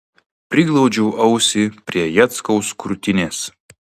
priglaudžiau ausį prie jackaus krūtinės